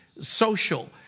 social